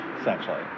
essentially